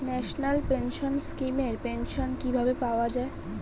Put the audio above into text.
National pension scheme এর pension কিভাবে পাওয়া যায়?